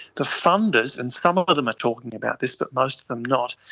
the funders, and some of of them are talking about this but most of them not,